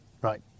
right